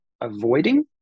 avoiding